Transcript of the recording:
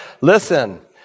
listen